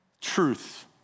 truth